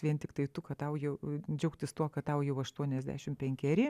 vien tiktai tu kad tau jau džiaugtis tuo kad tau jau aštuoniasdešim penkeri